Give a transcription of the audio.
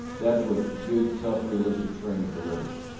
that's what good tough, realistic training delivers.